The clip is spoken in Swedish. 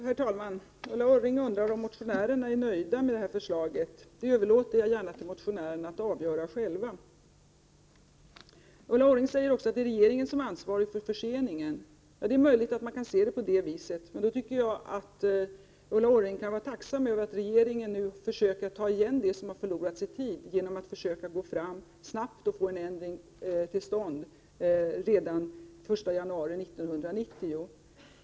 Herr talman! Ulla Orring undrade om motionärerna är nöjda med detta förslag. Det överlåter jag gärna till motionärerna att själva avgöra. Ulla Orring säger också att det är regeringen som är ansvarig för förseningen. Det är möjligt att man kan se det på detta sätt. Men jag tycker att Ulla Orring kan vara tacksam över att regeringen nu försöker ta igen det som har förlorats i tid genom att försöka gå fram snabbt och få en ändring till stånd redan den 1 januari 1990.